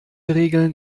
regeln